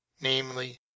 namely